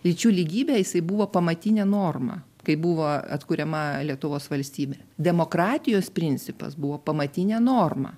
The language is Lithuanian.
lyčių lygybė jisai buvo pamatinė norma kai buvo atkuriama lietuvos valstybė demokratijos principas buvo pamatinė norma